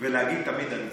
ולהגיד תמיד אני צודק.